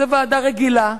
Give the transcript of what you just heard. זאת ועדה רגילה,